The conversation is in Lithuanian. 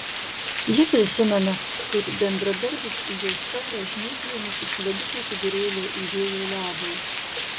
ji prisimena kaip bendradarbis į jos taurę žnyplėmis iš ledukų kibirėlio įdėjo ledo